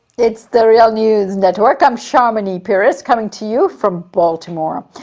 it's the real news network. i'm sharmini peries coming to you from baltimore. um